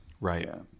Right